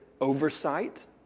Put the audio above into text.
oversight